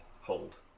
Hold